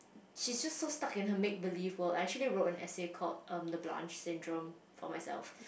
she's just so stuck in her make believe world I actually wrote an essay called err the Blanch syndrome for myself